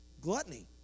Gluttony